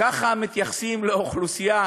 ככה מתייחסים לאוכלוסייה